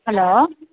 hello